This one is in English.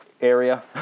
area